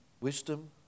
Wisdom